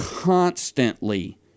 constantly